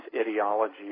ideology